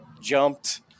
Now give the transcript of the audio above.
jumped